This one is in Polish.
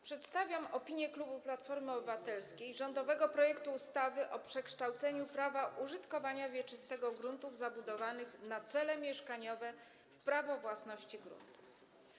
Przedstawiam opinię klubu Platformy Obywatelskiej dotyczącą rządowego projektu ustawy o przekształceniu prawa użytkowania wieczystego gruntów zabudowanych na cele mieszkaniowe w prawo własności gruntów.